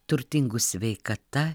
turtingų sveikata